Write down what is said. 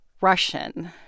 Russian